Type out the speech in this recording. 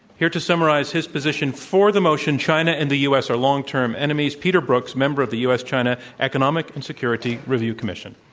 here to summarize his position for the motion, china and the u. s. are long-term enemies, peter brookes member of the u. s. china economic and security review commission.